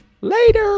Later